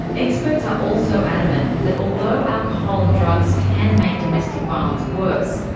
experts are also adamant that although alcohol and drugs can make domestic violence worse,